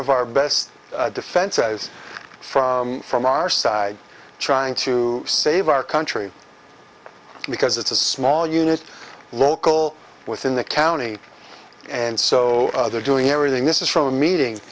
of our best defense eyes from from our side trying to save our country because it's a small unit local within the county and so they're doing everything this is from a meeting